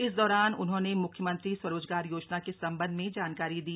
इस दौरान उन्होंने मुख्यमंत्री स्वरोजगार योजना के सम्बन्ध में जानकारी दी